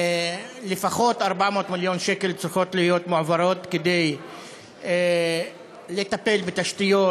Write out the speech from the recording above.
לפחות 400 מיליון שקל צריכים להיות מועברים כדי לטפל בתשתיות,